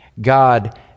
God